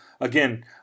again